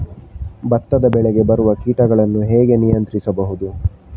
ಭತ್ತದ ಬೆಳೆಗೆ ಬರುವ ಕೀಟಗಳನ್ನು ಹೇಗೆ ನಿಯಂತ್ರಿಸಬಹುದು?